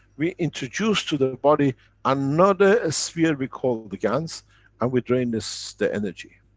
we introduced to the body another sphere we call the gans and we drain the so the energy.